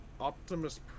Optimus